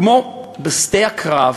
כמו בשדה הקרב,